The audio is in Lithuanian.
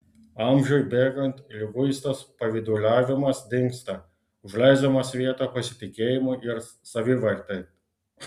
amžiui bėgant liguistas pavyduliavimas dingsta užleisdamas vietą pasitikėjimui ir savivartei